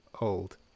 Old